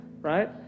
right